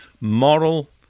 moral